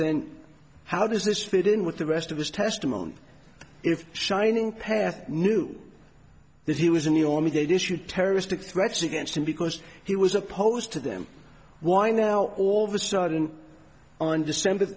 then how does this fit in with the rest of his testimony if shining path knew that he was in the army they dispute terroristic threats against him because he was opposed to them why now all of a sudden on december